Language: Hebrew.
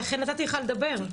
לכן, נתתי לך לדבר.